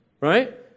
right